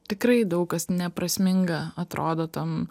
tikrai daug kas neprasminga atrodo tam